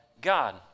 God